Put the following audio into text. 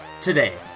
Today